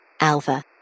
Alpha